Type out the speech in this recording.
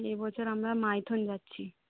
এবছর আমরা মাইথন যাচ্ছি